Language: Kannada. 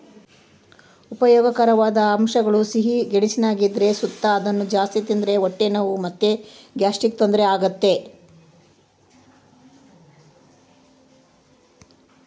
ಉಪಯೋಗಕಾರವಾದ ಅಂಶಗುಳು ಸಿಹಿ ಗೆಣಸಿನಾಗ ಇದ್ರು ಸುತ ಅದುನ್ನ ಜಾಸ್ತಿ ತಿಂದ್ರ ಹೊಟ್ಟೆ ನೋವು ಮತ್ತೆ ಗ್ಯಾಸ್ಟ್ರಿಕ್ ತೊಂದರೆ ಆಗ್ತತೆ